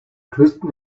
kristen